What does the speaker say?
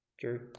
True